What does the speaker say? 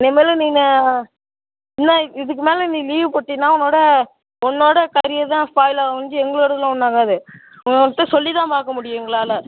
இனிமேல் நீ இன்னும் இதற்கு மேலே நீ லீவ் போட்டின்னா உன்னோட உன்னோட கரியர் தான் ஸ்பாயில் ஆவும் ஒழிஞ்சு எங்களோடதுலாம் ஒன்றும் ஆகாது உன்ட்ட சொல்லி தான் பார்க்க முடியும் எங்களால்